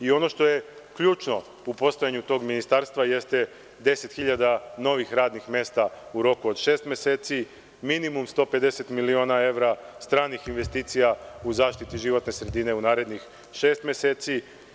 Ono što ključno u postojanju tog ministarstva jeste 10 hiljada novih radnih mesta u roku od šest meseci, minimum 150 miliona evra stranih investicija u zaštiti životne sredine u narednih šest meseci.